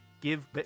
Give